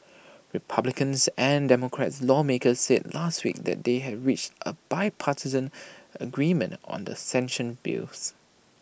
republicans and democratic lawmakers said last week that they had reached A bipartisan agreement on the sanctions bills